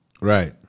right